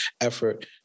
effort